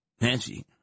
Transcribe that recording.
Nancy